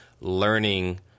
learning